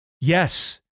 Yes